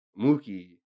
Mookie